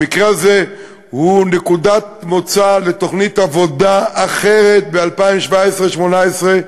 המקרה הזה הוא נקודת מוצא לתוכנית עבודה אחרת ב-2017 2018,